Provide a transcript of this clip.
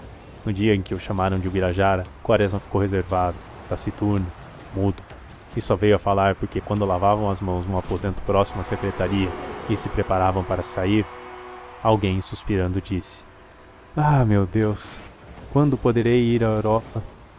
no dia em que o chamaram de ubirajara quaresma ficou reservado taciturno mudo e só veio falar porque quando lavavam as mãos num aposento próximo à secretária e se preparavam para sair alguém suspirando disse ah meu deus quando poderei ir à europa